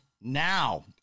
now